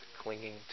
clinging